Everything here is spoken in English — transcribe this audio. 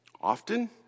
often